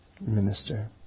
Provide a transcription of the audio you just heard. minister